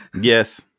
Yes